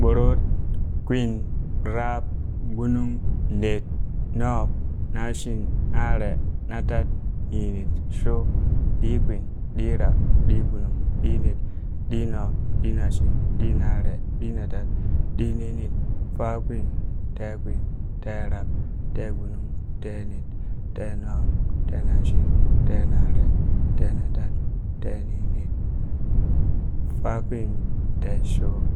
ɓorod, kwin, rab, gbunung, net, nub, nashin, nare, natat, ninit, shub, ɗikwin, ɗirab, ɗigbunung, ɗinet, ɗinub, ɗinashin, ɗinashin, ɗinare, ɗinatat, fakwin, teekwin, teerab, teegbunung, teenet, teenub, teenashin, teenare, teenatad, teeninit, fakwinteeshub,